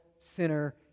sinner